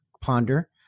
ponder